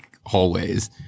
hallways